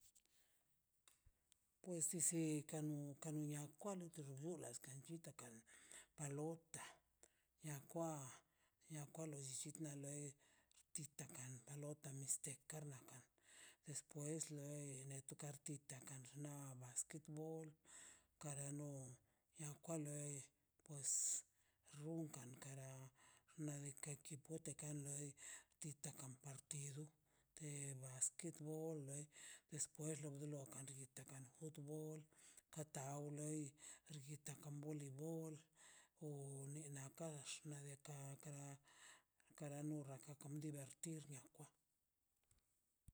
Pues si sikan kalo niankwan dolakien chilate kan palota niakwa lo llichit wa loi xtita kan lotan mistekan nakan despues loi netu to kartit kan xna basquet bol kanio wan kaniel pues runkan kan na xna' diika' potekan loi titan kompartido te basquet bol loi despues lo xitekan futbol kataw loi ritakan boli bol o ni nax kax nade ka kara kara nugaka kabi divertid nio